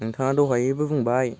नोंथाङा दहायबो बुंबाय